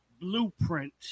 blueprint